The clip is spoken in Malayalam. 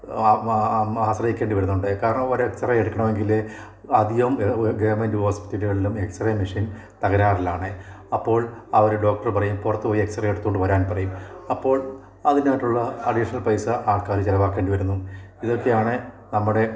ആശ്രയിക്കേണ്ടി വരുന്നുണ്ട് കാരണം ഒരു എക്സ് റേ എടുക്കണമെങ്കിൽ അധികം ഗവൺമെൻറ് ഹോസ്പിറ്റലുകളിലും എക്സ് റേ മഷീൻ തകരാറിലാണ് അപ്പോൾ അവരുടെ ഡോക്ടർ പറയും പുറത്തു പോയി എക്സ് റേ എടുത്തു കൊണ്ടു വരാൻ പറയും അപ്പോൾ അതിനായിട്ടുള്ള അഡീഷണൽ പൈസ ആൾക്കാർ ചിലവാക്കേണ്ടി വരുന്നു ഇതൊക്കെയാണ് നമ്മുടെ